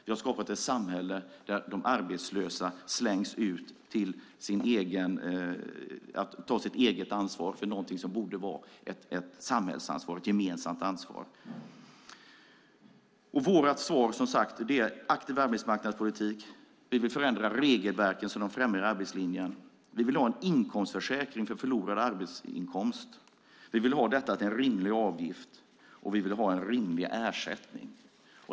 Ni har skapat ett samhälle där de arbetslösa slängs ut och får ta eget ansvar för något som borde vara ett samhällsansvar, ett gemensamt ansvar. Vårt svar är aktiv arbetsmarknadspolitik. Vi vill förändra regelverken så att de främjar arbetslinjen. Vi vill ha en inkomstförsäkring för förlorad arbetsinkomst. Vi vill ha det till en rimlig avgift, och vi vill ha en rimlig ersättning.